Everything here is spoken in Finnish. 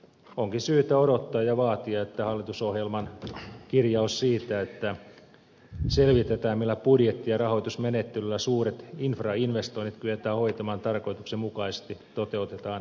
onkin syytä odottaa ja vaatia että hallitusohjelman kirjaus siitä että selvitetään millä budjetti ja rahoitusmenettelyllä suuret infrainvestoinnit kyetään hoitamaan tarkoituksenmukaisesti toteutetaan pikaisesti